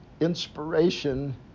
Inspiration